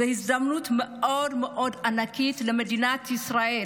זאת הזדמנות מאוד מאוד ענקית למדינת ישראל,